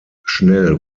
schnell